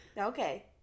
okay